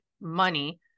money